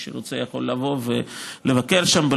מי שרוצה יכול לבוא ולבקר שם,